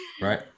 right